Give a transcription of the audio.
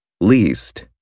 least